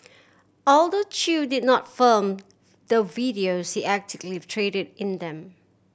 although Chew did not film the videos he actively traded in them